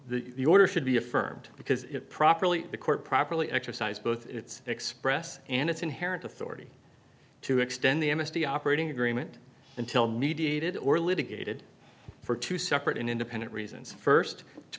the order should be affirmed because it properly the court properly exercised both its express and its inherent authority to extend the m s t operating agreement until mediated or litigated for two separate independent reasons st to